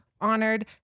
honored